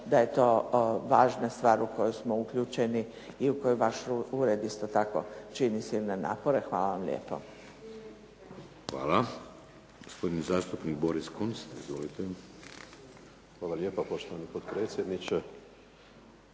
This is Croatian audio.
da je to važna stvar u koju smo uključeni i u kojem vaš ured isto tako čini silne napore. Hvala vam lijepo. **Šeks, Vladimir (HDZ)** Hvala. Gospodin zastupnik Boris Kunst. Izvolite. **Kunst, Boris (HDZ)** Hvala lijepo poštovani potpredsjedniče,